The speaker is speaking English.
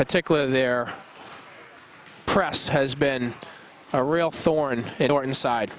particular their press has been a real thorn in or inside